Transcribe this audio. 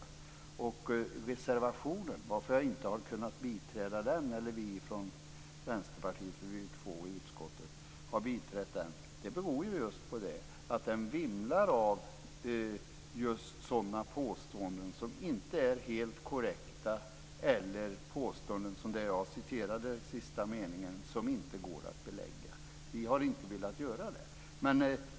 Att vi från Vänsterpartiet inte har biträtt reservationen - vi är ju två i utskottet - beror på att den vimlar av sådana påståenden som inte är helt korrekta eller sådana påståenden som inte går att belägga. Jag citerade sista meningen av ett sådant påstående. Vi har inte velat göra det.